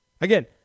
Again